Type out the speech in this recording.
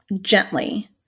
gently